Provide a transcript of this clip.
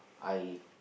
I